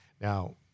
Now